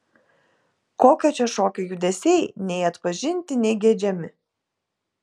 kokio čia šokio judesiai nei atpažinti nei geidžiami